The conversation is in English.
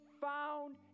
found